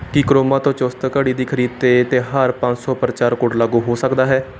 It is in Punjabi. ਕੀ ਕਰੋਮਾ ਤੋਂ ਚੁਸਤ ਘੜੀ ਦੀ ਖਰੀਦ 'ਤੇ ਤਿਉਹਾਰ ਪੰਜ ਸੌ ਪ੍ਰਚਾਰ ਕੋਡ ਲਾਗੂ ਹੋ ਸਕਦਾ ਹੈ